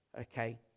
okay